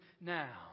now